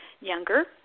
younger